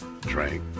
drank